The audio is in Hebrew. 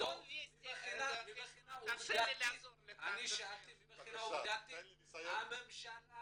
מבחינה עובדתית אני שאלתי האם הממשלה,